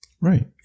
Right